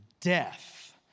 death